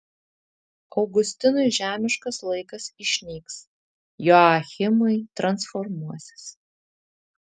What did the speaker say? augustinui žemiškas laikas išnyks joachimui transformuosis